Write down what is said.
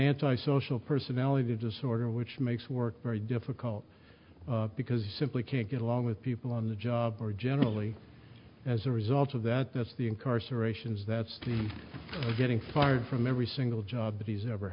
anti social personality disorder which makes work very difficult because he simply can't get along with people on the job or generally as a result of that that's the incarcerations that's getting fired from every single job he's ever